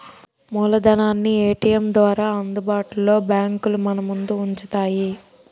మూలధనాన్ని ఏటీఎం ద్వారా అందుబాటులో బ్యాంకులు మనముందు ఉంచుతాయి